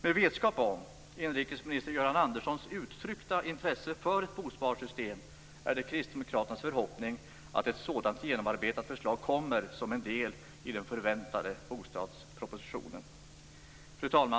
Med vetskap om att inrikesminister Jörgen Anderssons har uttryckt intresse för ett bosparsystem är det kristdemokraternas förhoppning att ett sådant genomarbetat förslag kommer som en del i den förväntade bostadspropositionen. Fru talman!